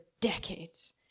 decades